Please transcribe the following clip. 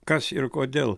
kas ir kodėl